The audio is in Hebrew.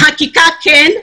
חקיקה כן,